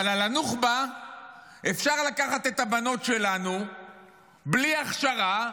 אבל על הנוח'בה אפשר לקחת את הבנות שלנו בלי הכשרה.